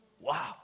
Wow